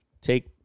take